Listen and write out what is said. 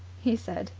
he said.